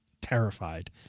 terrified